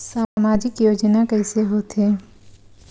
सामजिक योजना कइसे होथे?